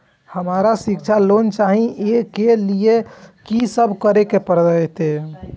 हमरा शिक्षा लोन चाही ऐ के लिए की सब करे परतै?